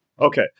Okay